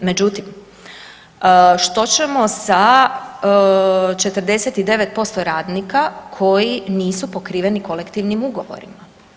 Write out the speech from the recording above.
Međutim, što ćemo sa 49% radnika koji nisu pokriveni kolektivnim ugovorima?